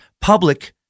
public